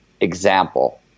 example